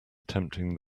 attempting